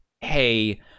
hey